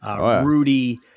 Rudy